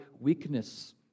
weakness